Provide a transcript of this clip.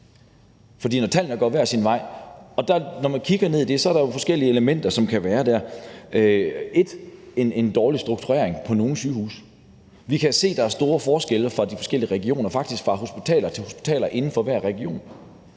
at tallene går hver sin vej, kan det skyldes forskellige elementer. Det kan være en dårlig strukturering af arbejdet på nogle sygehuse. Vi kan se, at der er stor forskel på de forskellige regioner, faktisk fra hospital til hospital inden for hver region.